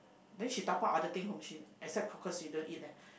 then she dabao other thing home she except cockles she don't eat leh